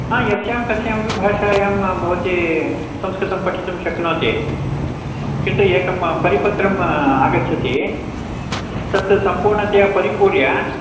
हा यस्यां कस्यामपि भाषायां भवती संस्कृतं पठितुं शक्नोति किन्तु एकं परिपत्रम् आगच्छति तत् सम्पूर्णतया परिपूर्य